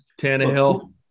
Tannehill